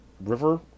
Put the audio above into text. River